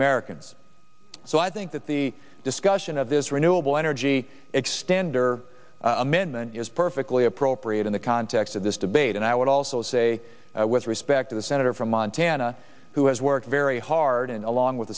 americans so i think that the discussion of this renewable energy extender amendment is perfectly appropriate in the context of this debate and i would also say with respect to the senator from montana who has worked very hard and along with